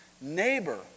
neighbor